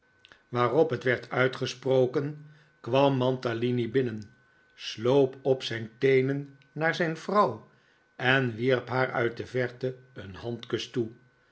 waarop het nikolaas nickleby werd uitgesproken kwam mantalini binnen sloop op zijn teenen naar zijn vrouw en wierp haar uit de verte een handkus toe